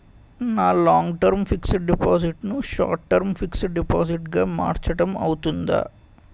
నా long term fixed deposit ను short term deposit గా మార్చటం అవ్తుందా?